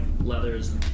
leathers